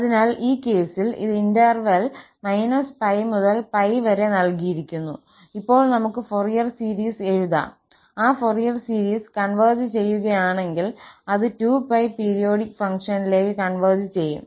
അതിനാൽ ഈ കേസിൽ ഇത് ഇന്റർവെൽ -𝜋 മുതൽ 𝜋 വരെ നൽകിയിരിക്കുന്നു ഇപ്പോൾ നമുക് ഫോറിയർ സീരീസ് എഴുതാം ആ ഫോറിയർ സീരീസ് കൺവെർജ് ചെയ്യുകയാണെങ്കിൽ അത് 2𝜋 പീരിയോഡിക് ഫംഗ്ഷനിലേക്ക് കൺവെർജ് ചെയ്യും